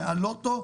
מהלוטו,